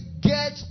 get